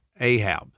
Ahab